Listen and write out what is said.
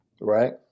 right